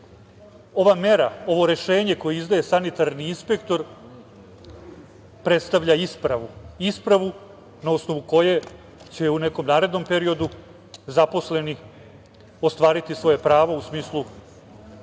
ova mera, ovo rešenje koje izdaje sanitarni inspektor predstavlja ispravu, ispravu na osnovu koje će u nekom narednom periodu zaposleni ostvariti svoje pravo u smislu